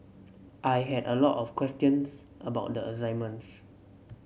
I had a lot of questions about the assignments